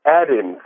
Add-in